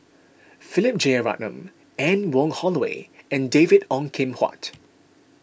Philip Jeyaretnam Anne Wong Holloway and David Ong Kim Huat